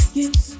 yes